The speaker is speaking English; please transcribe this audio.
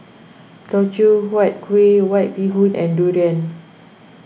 Teochew Huat Kuih White Bee Hoon and Durian